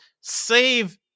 save